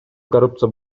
коррупция